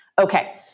Okay